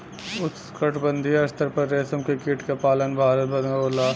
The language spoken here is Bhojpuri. उष्णकटिबंधीय स्तर पर रेशम के कीट के पालन भारत में होला